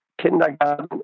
kindergarten